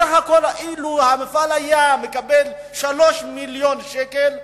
בסך הכול אילו המפעל היה מקבל 3 מיליוני שקלים,